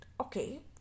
Okay